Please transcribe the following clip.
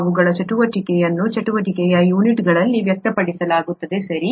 ಅವುಗಳ ಚಟುವಟಿಕೆಯನ್ನು ಚಟುವಟಿಕೆಯ ಯೂನಿಟ್ಗಳಲ್ಲಿ ವ್ಯಕ್ತಪಡಿಸಲಾಗುತ್ತದೆ ಸರಿ